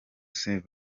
saint